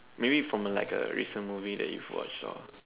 maybe from like a recent movie that you've watched or